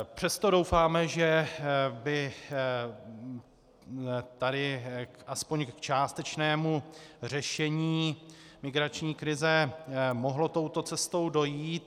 Přesto doufáme, že by tady aspoň k částečnému řešení migrační krize mohlo touto cestou dojít.